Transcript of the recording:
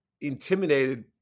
intimidated